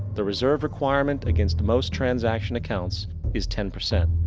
the reserve requirement against most transaction accounts is ten percent.